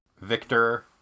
Victor